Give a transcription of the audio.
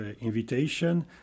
invitation